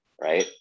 right